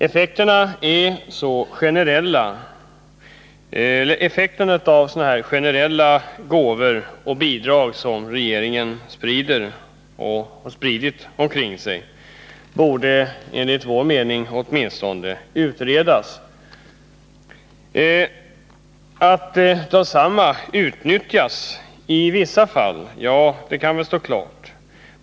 Effekterna av sådana här generella gåvor och bidrag som regeringen sprider och har spritt omkring sig borde enligt vår mening åtminstone utredas. Att de utnyttjas i åtminstone vissa fall står klart.